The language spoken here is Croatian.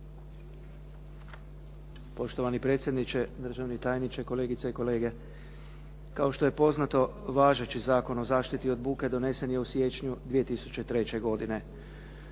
Poštovani predsjedniče, državni tajniče, kolegice i kolege. Kao što je poznato važeći Zakon o zaštiti od buke donesen je u siječnju 2003. godine.